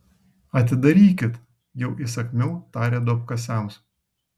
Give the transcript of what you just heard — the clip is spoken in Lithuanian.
atidarykit jau įsakmiau tarė duobkasiams